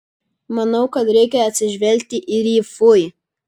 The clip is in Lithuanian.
manau kad reikia atsižvelgti ir į fui